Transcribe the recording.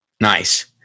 nice